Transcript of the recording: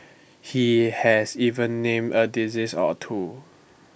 he has even named A disease or two